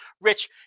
Rich